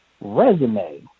resume